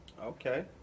Okay